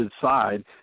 Side